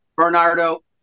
Bernardo